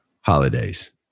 holidays